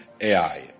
AI